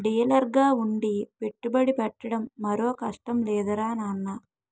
డీలర్గా ఉండి పెట్టుబడి పెట్టడం మరో కష్టం లేదురా నాన్నా